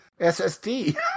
SSD